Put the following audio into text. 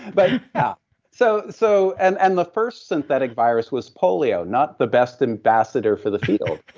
but yeah so so and and the first synthetic virus was polio. not the best ambassador for the field